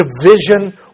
division